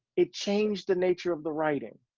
it changed the nature of the writing.